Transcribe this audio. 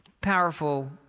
powerful